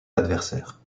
adversaires